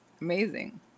Amazing